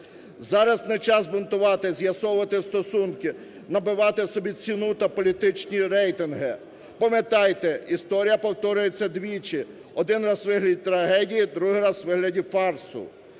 Зараз не час бунтувати, з'ясовувати стосунки, набивати собі ціну та політичні рейтинги. Пам'ятайте, історія повторюється двічі: один раз – у вигляді трагедії, другий раз – у вигляді фарсу.